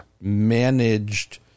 managed